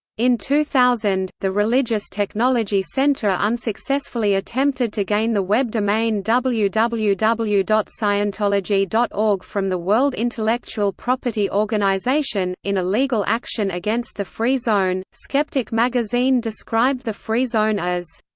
in two thousand, the religious technology center unsuccessfully attempted to gain the web domain www www dot scientologie dot org from the world intellectual property organization, in a legal action against the free zone skeptic magazine described the free zone as.